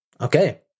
Okay